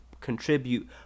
contribute –